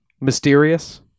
mysterious